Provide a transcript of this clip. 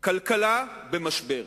כלכלה במשבר.